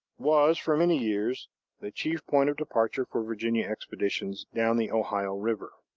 was for many years the chief point of departure for virginia expeditions down the ohio river.